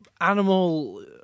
animal